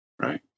Right